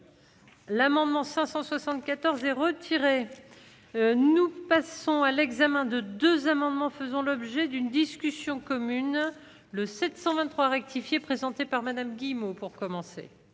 L'amendement 574 est retiré, nous passons à l'examen de 2 amendements faisant l'objet d'une discussion commune le 723 rectifié présenté par madame Guillemot pour commencer.